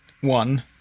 one